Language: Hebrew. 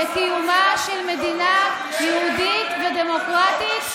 שלך, לקיומה של מדינה יהודית ודמוקרטית?